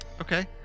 Okay